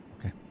Okay